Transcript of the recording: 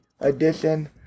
edition